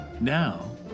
now